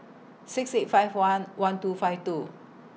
six eight five one one two five two